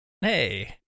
hey